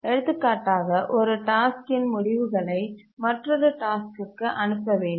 எடுத்துக்காட்டாக ஒரு டாஸ்க்கின் முடிவுகளை மற்றொரு டாஸ்க்கிற்கு அனுப்ப வேண்டும்